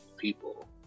people